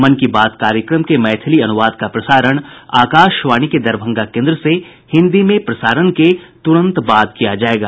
मन की बात कार्यक्रम के मैथिली अनुवाद का प्रसारण आकाशवाणी के दरभंगा केन्द्र से हिन्दी में प्रसारण के तुरंत बाद किया जायेगा